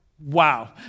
wow